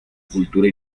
cultura